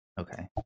Okay